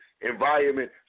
environment